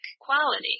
quality